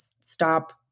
Stop